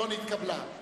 לא נתקבלה.